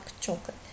chocolate